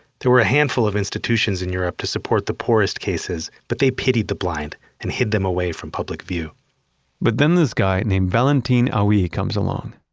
there were a handful of institutions in europe to support the poorest cases, but they pitied the blind and hid them away from public view but then this guy named valentin ah hauy comes along.